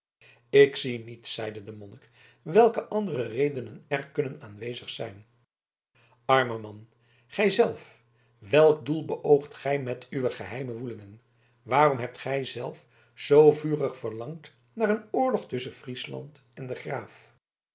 ik zie niet zeide de monnik welke andere redenen er kunnen aanwezig zijn arme man gij zelf welk doel beoogt gij met uwe geheime woelingen waarom hebt gij zelf zoo vurig verlangd naar een oorlog tusschen friesland en den graaf